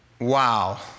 Wow